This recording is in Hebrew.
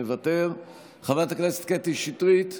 מוותר, חברת הכנסת קטי שטרית,